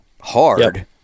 hard